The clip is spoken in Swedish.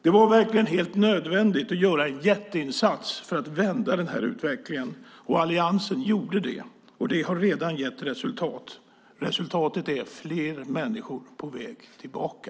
Det var verkligen helt nödvändigt att göra en jätteinsats för att vända utvecklingen. Alliansen gjorde det, och det har redan gett resultat. Resultatet är fler människor på väg tillbaka.